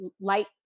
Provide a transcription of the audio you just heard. light